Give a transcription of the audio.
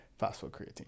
phosphocreatine